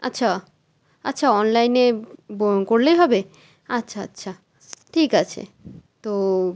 আচ্ছা আচ্ছা অনলাইনে বো করলেই হবে আচ্ছা আচ্ছা ঠিক আছে তো